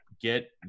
Get